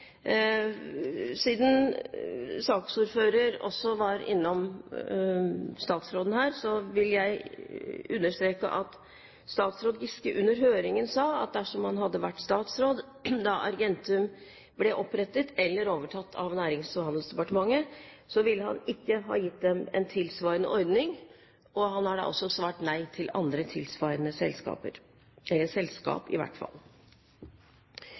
Siden saksordføreren også var innom statsråden her, vil jeg understreke at statsråd Giske under høringen sa at dersom han hadde vært statsråd da Argentum ble opprettet, eller overtatt av Nærings- og handelsdepartementet, ville han ikke ha gitt dem en tilsvarende ordning. Han har da også svart nei til andre tilsvarende selskaper – eller selskap, i hvert fall.